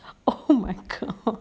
oh my god